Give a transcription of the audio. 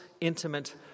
intimate